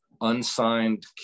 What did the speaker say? unsigned